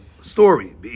Story